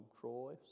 Troy